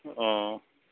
অঁ